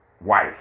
wife